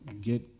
get